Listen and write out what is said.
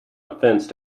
offence